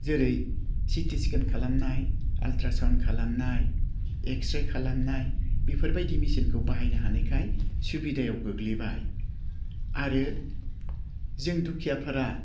जेरै CT scan खालामनाय ultrasound खालामनाय एक्सस्रे खालामनाय बेफोरबायदि मेशिनखौ बाहायनो हानायखाय सुबिदायाव गोग्लैबाय आरो जों दुखियाफ्रा